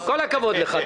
כל הכבוד לך...